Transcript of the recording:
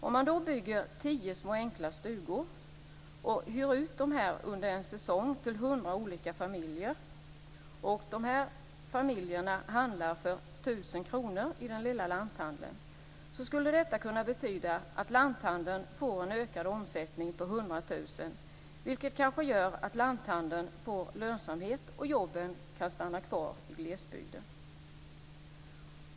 Om man då bygger tio små enkla stugor, hyr ut dem under en säsong till 100 olika familjer och dessa familjer handlar för 1 000 kr i den lilla lanthandeln, så skulle det kunna betyda att lanthandeln får en ökad omsättning på 100 000 kr, vilket kanske gör att lanthandeln får lönsamhet och att jobben kan finnas kvar i glesbygden.